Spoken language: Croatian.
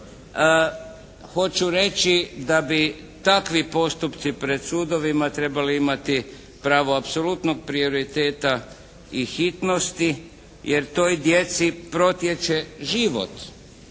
hoću reći da bi takvi postupci pred sudovima trebali imati pravo apsolutno prioriteta i hitnosti jer toj djeci protječe život